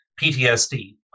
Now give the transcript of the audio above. PTSD